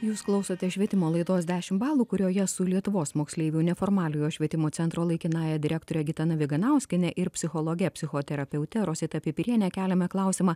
jūs klausote švietimo laidos dešimt balų kurioje su lietuvos moksleivių neformaliojo švietimo centro laikinąja direktore gitana viganauskienė ir psichologe psichoterapeute rosita pipiriene keliame klausimą